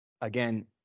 again